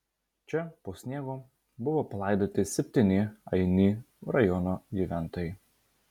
čia po sniegu buvo palaidoti septyni aini rajono gyventojai